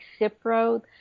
Cipro